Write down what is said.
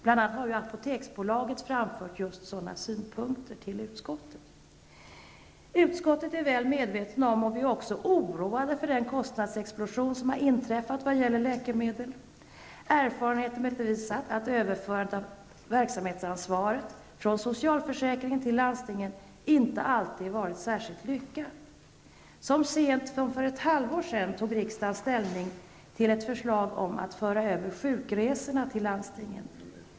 Bl.a. har Apoteksbolaget framfört just sådana synpunkter till utskottet. I utskottet är vi väl medvetna om och också oroade för den kostnadsexplosion som inträffat vad gäller läkemedel. Erfarenheten har emellertid visat att ett överförande av verksamhetsansvaret från socialförsäkringen till landstingen inte alltid har varit särskilt lyckat. Så sent som för ett halvår sedan tog riksdagen ställning till ett förslag om att föra över sjukresorna till landstingen.